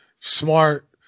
smart